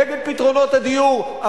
נגד פתרונות הדיור.